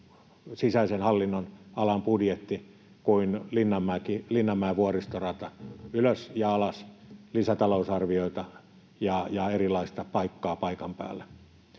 sisäisen hallinnonalan budjetti kuin Linnanmäen vuoristorata: ylös ja alas, lisätalousarvioita ja erilaista paikkaa paikan päällä.